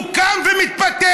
הוא קם ומתפטר.